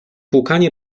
płukanie